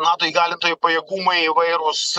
nato įgalintų pajėgumai įvairūs